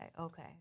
okay